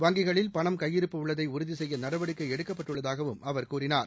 வங்கிகளில் பணம் கையிருப்பு உள்ளதை உறுதி செய்ய நடவடிக்கை எடுக்கப்பட்டுள்ளதாகவும் அவர் கூறினார்